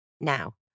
Now